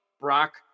Brock